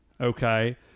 Okay